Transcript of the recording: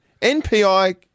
NPI